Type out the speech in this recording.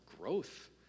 growth